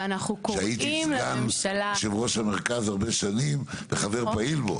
הייתי סגן יושב ראש המרכז, וחבר פעיל בו.